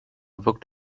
booked